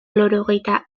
laurogeita